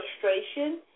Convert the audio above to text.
frustration